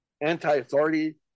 anti-authority